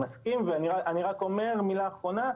אני מסכים ואני רק אומר מילה אחרונה,